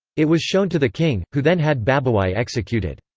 it was shown to the king, who then had babowai executed.